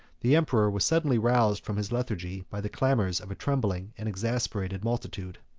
the emperor was suddenly roused from his lethargy by the clamors of a trembling and exasperated multitude.